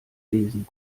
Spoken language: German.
lesen